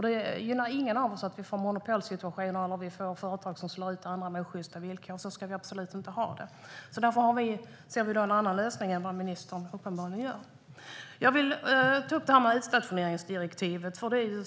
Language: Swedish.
Det gynnar ingen av oss att vi får monopolsituationer eller företag som slår ut andra med osjysta villkor. Så ska vi absolut inte ha det. Därför ser vi en annan lösning än vad ministern uppenbarligen gör. Jag vill ta upp utstationeringsdirektivet.